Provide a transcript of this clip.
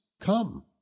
come